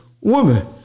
woman